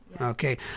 okay